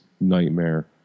nightmare